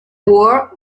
war